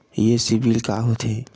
ये सीबिल का होथे?